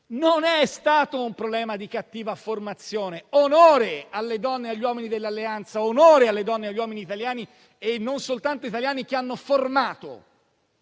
non è stato un problema di cattiva formazione. Onore alle donne e agli uomini dell'alleanza, onore alle donne e agli uomini italiani e non soltanto italiani che hanno formato